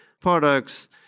products